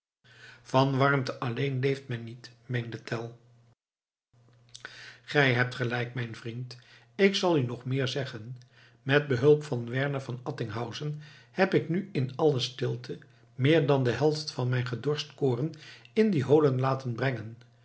van warmte alleen leeft men niet meende tell gij hebt gelijk mijn vriend ik zal u nog meer zeggen met behulp van werner van attinghausen heb ik nu in alle stilte meer dan de helft van mijn gedorscht koren in die holen laten brengen